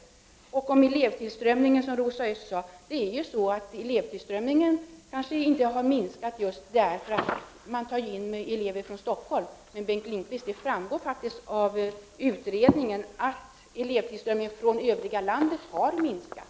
Beträffande elevtillströmningen är det kanske så, som Rosa Östh sade, att anledningen till att den inte har minskat är att man tar in elever från Stockholm. Det framgår dock, Bengt Lindqvist, faktiskt av utredningen att elevtillströmningen från landet i övrigt har minskat.